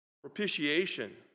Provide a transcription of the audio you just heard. Propitiation